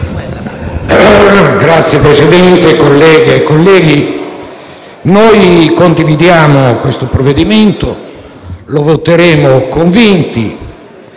Signor Presidente, colleghe e colleghi, noi condividiamo questo provvedimento, che voteremo convintamente: